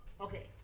okay